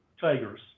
tigers